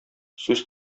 сүз